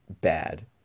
bad